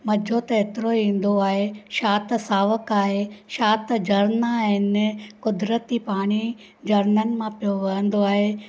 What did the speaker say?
मज़ो त एतिरो ईंदो आहे छा त सावक आहे छा त झरणा आहिनि क़ुदरती पाणी झरणनि मां पियो वहंदो आहे